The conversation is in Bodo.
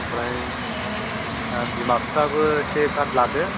ओमफ्राय बिमा बिफायाबो एसे गार्ड लादो